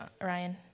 Ryan